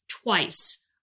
Twice